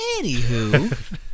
Anywho